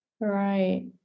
Right